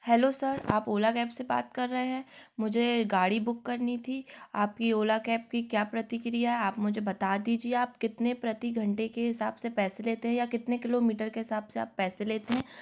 hello sir आप Ola cab से बात कर रहे हैं मुझे गाड़ी बुक करनी थी आपकी ओला कैब की क्या प्रक्रिया है आप मुझे बता दीजिए आप कितने प्रति घंटे के हिसाब से पैसे लेते है या कितने किलोमीटर के हिसाब से आप पैसे लेते है पर